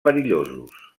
perillosos